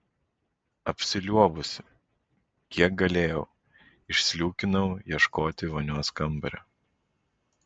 apsiliuobusi kiek galėjau išsliūkinau ieškoti vonios kambario